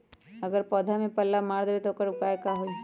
अगर पौधा में पल्ला मार देबे त औकर उपाय का होई?